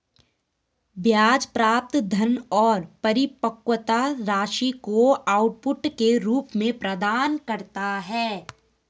ब्याज प्राप्त धन और परिपक्वता राशि को आउटपुट के रूप में प्रदान करता है